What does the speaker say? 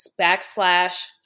backslash